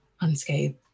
unscathed